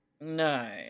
No